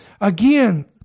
again